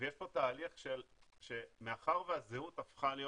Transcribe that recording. ויש פה תהליך שמאחר והזהות הפכה להיות